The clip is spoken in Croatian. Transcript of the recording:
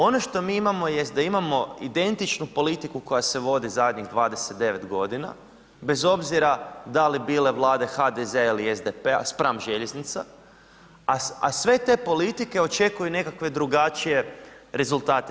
Ono što mi imamo jest da imamo identičnu politiku koja se vodi zadnjih 29 godina bez obzira da li bile vlade HDZ-a ili SDP-a spram željeznica, a sve te politike očekuju nekakve drugačije rezultate.